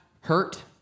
hurt